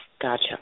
Gotcha